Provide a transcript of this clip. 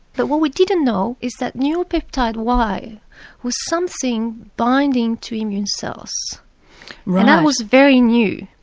but what we didn't know is that neuropeptide y was something binding to immune cells, and that was very new.